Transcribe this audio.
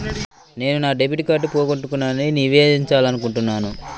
నేను నా డెబిట్ కార్డ్ని పోగొట్టుకున్నాని నివేదించాలనుకుంటున్నాను